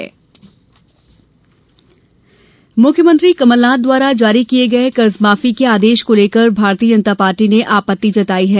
कर्ज माफी भाजपा मुख्यमंत्री कमलनाथ द्वारा जारी किए गए कर्ज माफी के आदेश को लेकर भारतीय जनता पार्टी ने आपत्ति जताई है